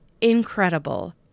incredible